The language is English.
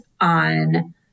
on